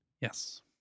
Yes